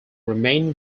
remain